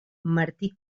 martí